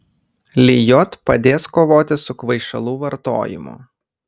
lijot padės kovoti su kvaišalų vartojimu